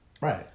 Right